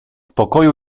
pokoju